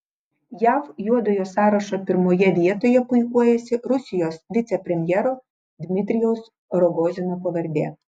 jav juodojo sąrašo pirmoje vietoje puikuojasi rusijos vicepremjero dmitrijaus rogozino pavardė